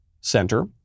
Center